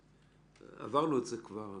עברנו את זה כבר.